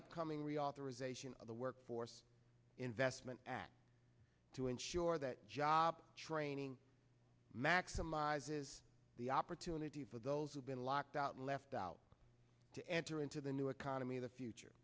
upcoming reauthorization of the workforce investment act to ensure that job training maximizes the opportunity for those who've been locked out left out to enter into the new economy of the future